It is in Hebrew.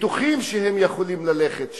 בטוחים שהם יכולים ללכת שם.